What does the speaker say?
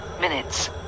minutes